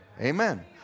Amen